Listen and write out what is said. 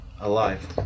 alive